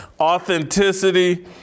Authenticity